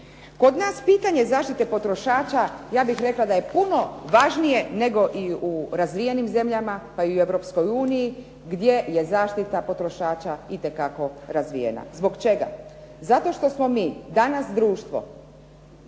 Kod nas pitanje zaštite potrošača, ja bih rekla da je puno važnije nego i u razvijenim zemljama, pa i u Europskoj uniji gdje je zaštita potrošača itekako razvijena. Zbog čega? Zato što smo mi danas društvo